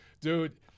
dude